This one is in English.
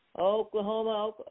Oklahoma